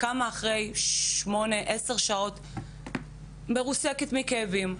קמים אחרי 10-8 שעות מרוסקים מכאבים,